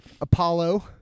Apollo